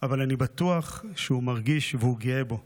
אבל אני בטוח שהוא מרגיש והוא גאה בו.